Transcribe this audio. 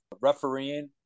refereeing